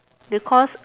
because